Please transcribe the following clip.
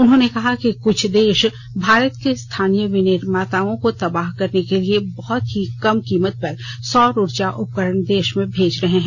उन्होंने कहा कि कुछ देश भारत के स्थानीय विनिर्माताओं को तबाह करने के लिए बहुत ही कम कीमत पर सौर ऊर्जा उपकरण देश में भेज रहे हैं